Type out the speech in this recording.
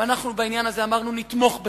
ואנחנו בעניין הזה אמרנו: נתמוך בך.